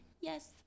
yes